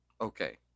Okay